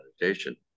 meditation